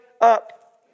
up